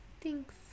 Thanks